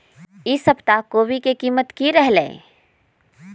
ई सप्ताह कोवी के कीमत की रहलै?